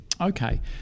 Okay